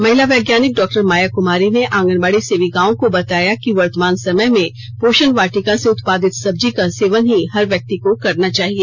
महिला वैज्ञानिक डॉक्टर माया कुमारी ने आंगनबाड़ी सेविकाओं को कि वर्तमान समय में पोषण वाटिका से उत्पादित सब्जी का ही सेवन हर व्यक्ति को करना चाहिए